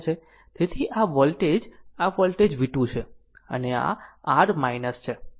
તેથી આ વોલ્ટેજ આ વોલ્ટેજ v 2 છે અને આ r છે